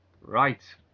Right